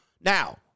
Now